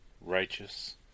righteous